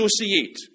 associate